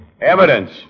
Evidence